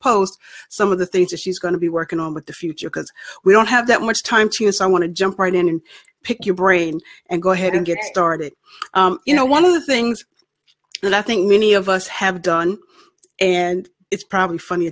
post some of the things that she's going to be working on with the future because we don't have that much time to use i want to jump right in and pick your brain and go ahead and get started you know one of the things that i think many of us have done and it's probably f